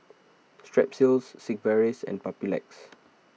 Strepsils Sigvaris and Papulex